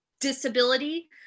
disability